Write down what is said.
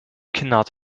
cannot